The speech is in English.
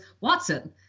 watson